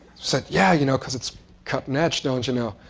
said, yeah, you know, because it's cut and edged, don't you know?